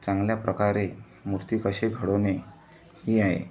चांगल्या प्रकारे मूर्ती कशी घडवणे ही आहे